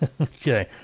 Okay